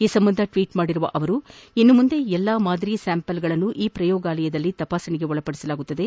ಈ ಸಂಬಂಧ ಟ್ವೀಟ್ ಮಾಡಿರುವ ಅವರು ಇನ್ನು ಮುಂದೆ ಎಲ್ಲಾ ಮಾದರಿ ಸ್ಕಾಂಪಲ್ಗಳನ್ನು ಈ ಪ್ರಯೋಗಾಲಯದಲ್ಲಿ ತಪಾಸಣೆ ಮಾಡಲಾಗುವುದು